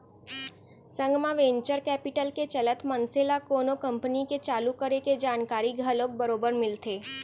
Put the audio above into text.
संग म venture capital के चलत मनसे ल कोनो कंपनी के चालू करे के जानकारी घलोक बरोबर मिलथे